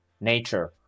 nature